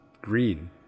green